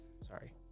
Sorry